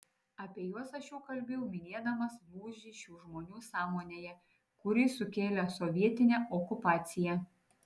apie juos aš jau kalbėjau minėdamas lūžį šių žmonių sąmonėje kurį sukėlė sovietinė okupacija